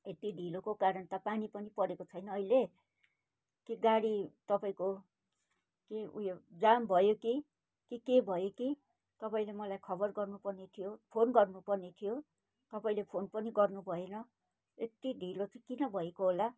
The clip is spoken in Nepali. यति ढिलोको कारण त पानी पनि परेको छैन अहिले के गाडी तपाईँको के उयो जाम भयो कि केही भयो कि तपाईँले मलाई खबर गर्नुपर्ने थियो फोन गर्नुपर्ने थियो तपाईँले फोन पनि गर्नु भएन यति ढिलो चाहिँ किन भएको होला